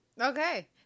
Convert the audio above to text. Okay